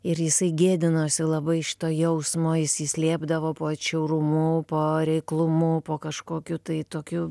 ir jisai gėdinosi labai šito jausmo jis jį slėpdavo po atšiaurumu po reiklumu po kažkokiu tai tokiu